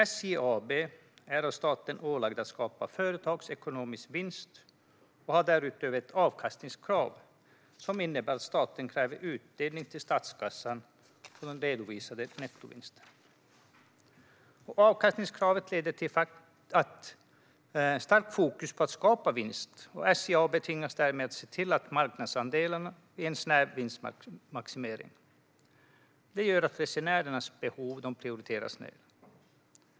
SJ AB är av staten ålagt att skapa företagsekonomisk vinst och har därutöver ett avkastningskrav som innebär att staten kräver utdelning till statskassan på den redovisade nettovinsten. Avkastningskravet leder till starkt fokus på att skapa vinst. SJ AB tvingas därmed att se till marknadsandelarna i en snäv vinstmaximering. Det gör att resenärers behov inte prioriteras.